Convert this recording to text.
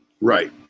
Right